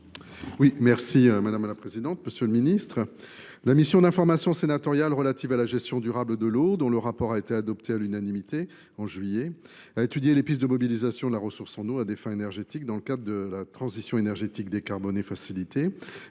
libellé : La parole est à M. Hervé Gillé. La mission d’information sénatoriale relative à la gestion durable de l’eau, dont le rapport a été adopté à l’unanimité en juillet 2023, a étudié les pistes de mobilisation de la ressource en eau à des fins énergétiques dans le cadre d’une transition énergétique décarbonée facilitée.